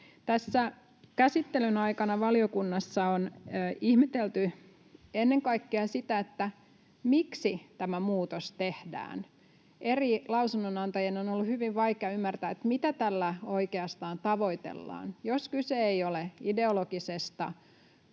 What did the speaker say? Tässä käsittelyn aikana valiokunnassa on ihmetelty ennen kaikkea sitä, miksi tämä muutos tehdään. Eri lausunnonantajien on ollut hyvin vaikea ymmärtää, mitä tällä oikeastaan tavoitellaan. Jos kyse ei ole ideologisesta